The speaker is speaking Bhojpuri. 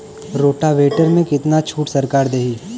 रोटावेटर में कितना छूट सरकार देही?